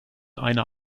einer